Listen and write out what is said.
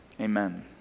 Amen